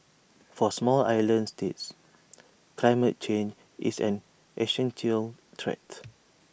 for small island states climate change is an Asian till threat